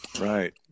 Right